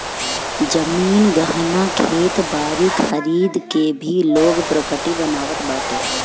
जमीन, गहना, खेत बारी खरीद के भी लोग प्रापर्टी बनावत बाटे